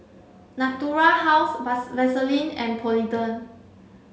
Natura House Vaselin and Polident